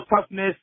toughness